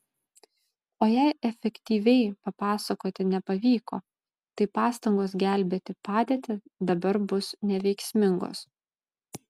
o jei efektyviai papasakoti nepavyko tai pastangos gelbėti padėtį dabar bus neveiksmingos